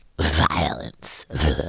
Violence